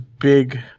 big